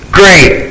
great